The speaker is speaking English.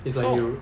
so